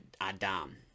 Adam